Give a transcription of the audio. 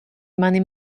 mani